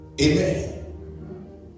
Amen